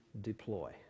deploy